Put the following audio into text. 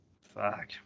Fuck